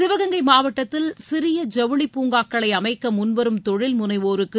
சிவகங்கை மாவட்டத்தில் சிறிய ஜவளி பூங்காக்களை அமைக்க முன்வரும் தொழில்முளைவோருக்கு